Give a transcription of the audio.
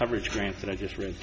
coverage grants that i just re